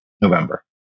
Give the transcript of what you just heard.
November